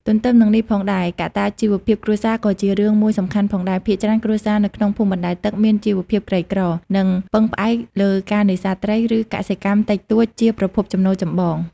ទន្ទឹមនឹងនេះផងដែរ កត្តាជីវភាពគ្រួសារក៏ជារឿងមួយសំខាន់ផងដែរ ភាគច្រើនគ្រួសារនៅក្នុងភូមិបណ្តែតទឹក មានជីវភាពក្រីក្រ និងពឹងផ្អែកលើការនេសាទត្រី ឬកសិកម្មតិចតួចជាប្រភពចំណូលចម្បង។